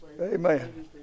Amen